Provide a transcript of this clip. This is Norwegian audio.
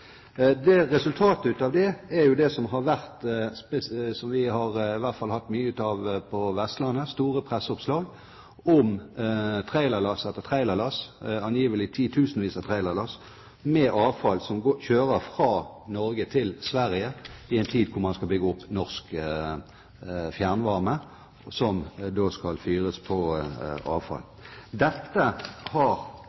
av det ble jo, som i hvert fall vi på Vestlandet har hatt mye av, store presseoppslag om trailerlass etter trailerlass, angivelig titusenvis av trailerlass, med avfall som kjører fra Norge til Sverige, i en tid da man skal bygge opp norsk fjernvarme som skal fyres på avfall.